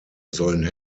sollen